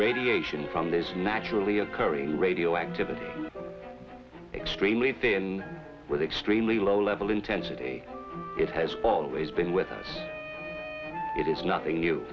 radiation from this naturally occurring radioactivity extremely thin with extremely low level intensity it has always been with us it is nothing